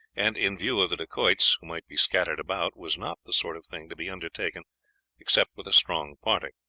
and in view of the dacoits who might be scattered about, was not the sort of thing to be undertaken except with a strong party.